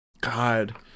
God